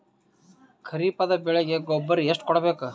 ಖರೀಪದ ಬೆಳೆಗೆ ಗೊಬ್ಬರ ಎಷ್ಟು ಕೂಡಬೇಕು?